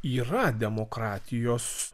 yra demokratijos